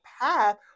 path